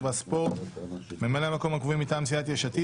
הסיעות